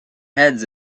heads